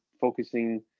focusing